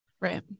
Right